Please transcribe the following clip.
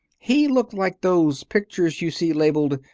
he looked like those pictures you see labeled,